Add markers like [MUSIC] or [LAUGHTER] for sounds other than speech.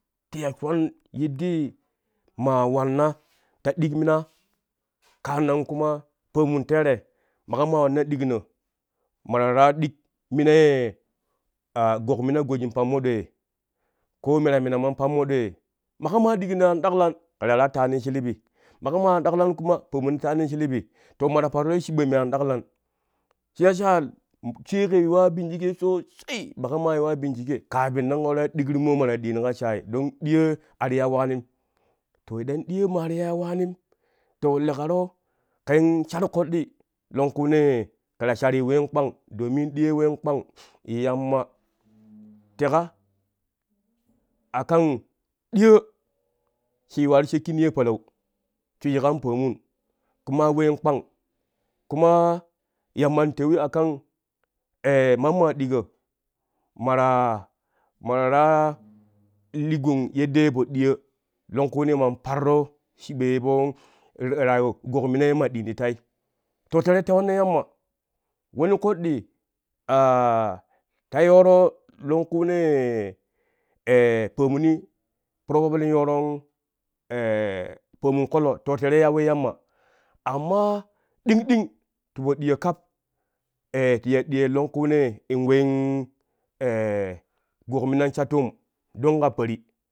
Ti ya don yaɗɗee maa wanna ta ɗik mina kaanan kuma pomun tere waƙo ma wanna ɗikno ma ta waraa ɗik mina yee gokmina gojin pammo dwee ko me ta minama in pammo dwee maƙo maa ɗikno an ɗaklan kɛ ta waraa taani shilibi maƙo ma an ɗaklan kuma pomunƙi ta taani shilibi to mata parruro shiɓo me an ɗaklan shi ya sa sai kɛ yuwa bincike sosai maƙo maa yuwa bincike kafin kɛn waraa ɗikru moo ma ta ɗiyoni ka shaai ɗiyoo a ti ya waanim to idan ɗiyoo ma ti ya waanim to leƙaro kɛn shar koɗɗi longkunee kɛ ta sharui ween kpang domin ɗiyooi ween kpang yamma teƙa a kan ɗiyoo shi yuwaa ti shakki niyo palau shwiji kan pomun kuma ween kpang, kumaa yamman twei akan [HESITATION] mamma diƙo ma taa mata waraa li gun yeddee po ɗiyo longkunee man paruro shiɓo ye po rayo gokmina ye ma ɗiini ti tai to tere tewano yamma woni koɗɗi [HESITATION] ta yooro longkunee [HESITATION] tomuni probably yooron [HESITATION] pomun ƙolo to tere ya we yamma amma ɗing ɗing we ɗiyoo kap ti ya ɗiyooi longkunee in ween gokminan sha toom dan ka paari